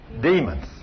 Demons